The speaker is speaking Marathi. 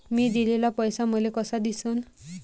मी दिलेला पैसा मले कसा दिसन?